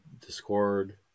Discord